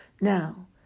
Now